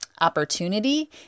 opportunity